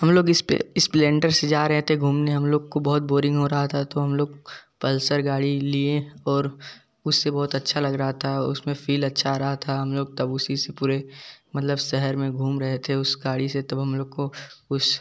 हम लोग इस पे स्प्लेंडर से जा रहे थे घूमने हम लोग को बहुत बोरिंग हो रहा था तो हम लोग पल्सर गाड़ी लिए और उससे बहुत अच्छा लग रहा था उसमें फ़ील अच्छा आ रहा था हम लोग तब उसी से पूरे मतलब शहर में घूम रहे थे उस गाड़ी से तब हम लोग को उस